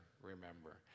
Remember